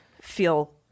feel